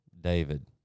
David